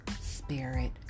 spirit